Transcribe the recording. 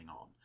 on